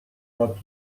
not